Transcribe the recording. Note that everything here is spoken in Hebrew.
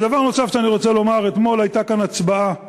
דבר נוסף שאני רוצה לומר, אתמול הייתה כאן הצבעה